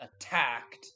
attacked